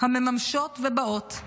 המממשות ובאות.